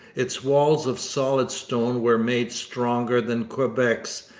its walls of solid stone were made stronger than quebec's,